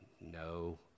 no